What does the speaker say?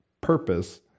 purpose